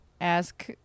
ask